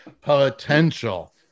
potential